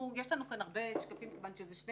יש לנו הרבה שקפים כיוון שזה שני